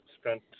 spent